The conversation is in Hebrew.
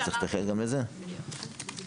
רשאי הוא להתלות את תוקפה של ההרשאה האישית לאלתר,